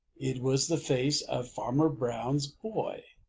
it was the face of farmer brown's boy.